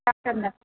अस्तर न